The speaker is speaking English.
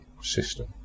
system